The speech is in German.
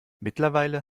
mittlerweile